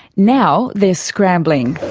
now, they're scrambling.